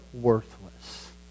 worthless